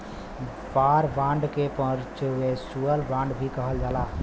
war bond के perpetual bond भी कहल जाला